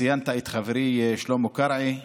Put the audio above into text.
ציינת את חברי שלמה קרעי,